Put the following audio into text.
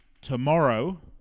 tomorrow